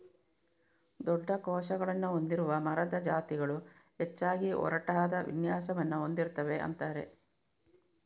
ದೊಡ್ಡ ಕೋಶಗಳನ್ನ ಹೊಂದಿರುವ ಮರದ ಜಾತಿಗಳು ಹೆಚ್ಚಾಗಿ ಒರಟಾದ ವಿನ್ಯಾಸವನ್ನ ಹೊಂದಿರ್ತವೆ ಅಂತಾರೆ